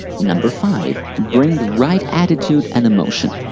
number five bring the right attitude and emotion.